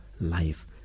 life